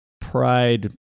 pride